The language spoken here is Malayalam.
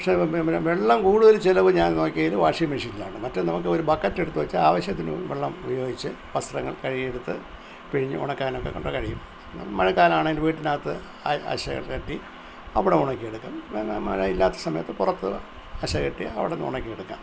പക്ഷെ വെള്ളം കൂടുതൽ ചിലവു ഞാൻ നോക്കിയാൽ വാഷിങ് മെഷീനിലാണ് മറ്റെ നമുക്കൊരു ബക്കറ്റ് എടുത്തു വെച്ചാൽ ആവശ്യത്തിനു വെള്ളം ഉപയോഗിച്ചു വസ്ത്രങ്ങൾ കഴുകിയെടുത്തു പിഴിഞ്ഞ് ഉണക്കാനൊക്കെക്കൊണ്ട് കഴിയും മഴക്കാലമാണേൽ വീട്ടിനകത്ത് അ അശകൾ കെട്ടി അവിടെ ഉണക്കിയെടുക്കും മ മഴ ഇല്ലാത്ത സമയത്തു പുറത്തു അശകെട്ടി അവിടെ നിന്ന് ഉണക്കിയെടുക്കാം